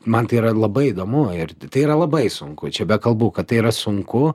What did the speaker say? man tai yra labai įdomu ir tai yra labai sunku čia be kalbų kad tai yra sunku